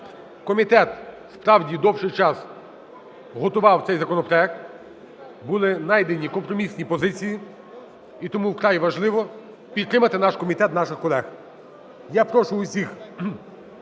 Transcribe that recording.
Комітет справді довший час готував цей законопроект, були знайдені компромісні позиції, і тому вкрай важливо підтримати наш комітет, наших колег. Я прошу всіх